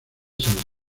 san